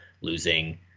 losing